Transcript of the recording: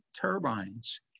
turbines